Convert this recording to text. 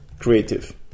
creative